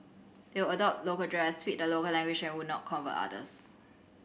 they would adopt local dress speak the local language and would not convert others